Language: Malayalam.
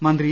മന്ത്രി ഇ